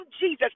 Jesus